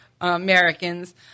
Americans